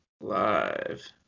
live